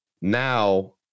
now